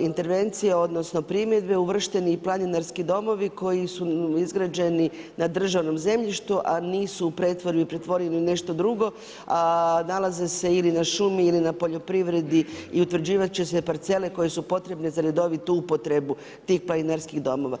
intervencije, odnosno, primjedbe uvršteni i planinarski domovi, koji su izgrađeni na državnom zemljištem, a nisu u pretvaraju i pretvorili nešto drugo, a nalaze se ili na šumi il na poljoprivredi i utvrđivati će se parcele koje su potrebne za redovitu upotrebu tih planinarskih domova.